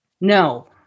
No